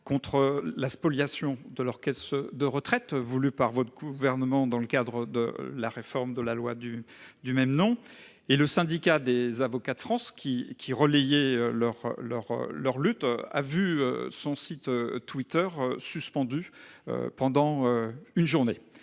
contre la spoliation de leur caisse de retraite voulue par votre gouvernement, dans le cadre du projet de loi portant réforme des retraites, le Syndicat des avocats de France, qui relayait leur lutte, a vu son site Twitter suspendu pendant une journée